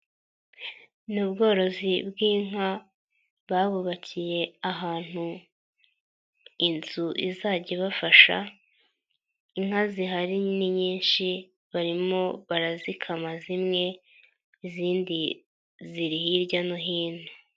Ni ubworozi bw'inka babubakiye ahantu inzu izajya ibafasha, inka zihari ni nyinshi barimo barazikama zimwe izindi ziri hirya no hino.